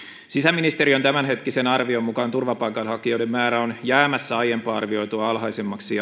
sisäministeriön tämänhetkisen arvion mukaan turvapaikanhakijoiden määrä on jäämässä aiemmin arvioitua alhaisemmaksi